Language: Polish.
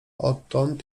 odtąd